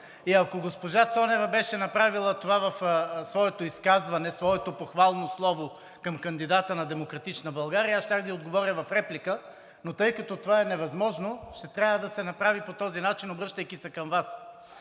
ако госпожа Цонева беше направила това в своето изказване, своето похвално слово към кандидата на „Демократична България“, аз щях да ѝ отговоря в реплика, но тъй като това е невъзможно, ще трябва се направи по този начин, обръщайки се към Вас.